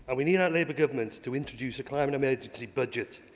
and we need our labour government to introduce a climate emergency budget,